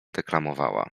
deklamowała